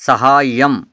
सहाय्यम्